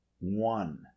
one